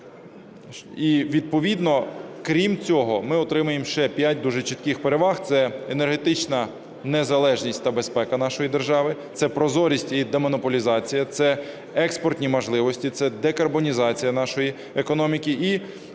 І відповідно, крім цього, ми отримаємо ще п'ять дуже чітких переваг: це енергетична незалежність та безпека нашої держави; це прозорість і демонополізація; це експортні можливості; це декарбонізація нашої економіки і оновлення